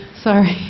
Sorry